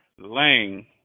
Lang